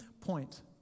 point